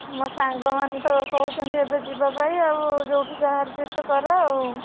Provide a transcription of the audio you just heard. ମୋ ସାଙ୍ଗ ମାନେ ତ କହୁଛନ୍ତି ଏବେ ଯିବା ପାଇଁ ଆଉ ଯେଉଁଠୁ ଯାହା ଆଡ଼ଜଷ୍ଟ କର ଆଉ